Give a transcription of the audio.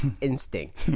instinct